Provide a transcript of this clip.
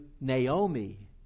Naomi